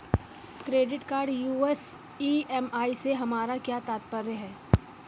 Credit card use EMI से हमारा क्या तात्पर्य है?